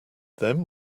then